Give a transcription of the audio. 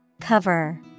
cover